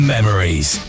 Memories